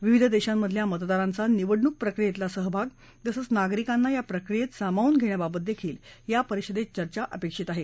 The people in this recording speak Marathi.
विविध देशांमधल्या मतदारांचा निवडणूक प्रक्रियेतला सहभाग तसंच नागरिकांना या प्रक्रियेत सामावून घेण्याबाबतही या परिषदेत चर्चा अपेक्षित आहे